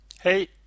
Hey